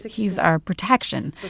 he's our protection.